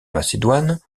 macédoine